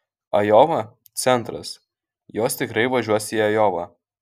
ajova centras jos tikrai važiuos į ajovą